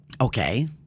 Okay